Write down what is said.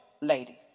ladies